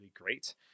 great